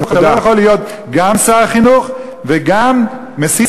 אתה לא יכול להיות גם שר החינוך וגם מסית